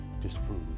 disprove